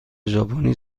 ژاپنی